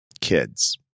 kids